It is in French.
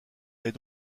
est